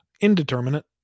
Indeterminate